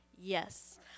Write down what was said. Yes